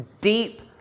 deep